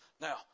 Now